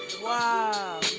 Wow